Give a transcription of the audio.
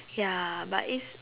ya but it's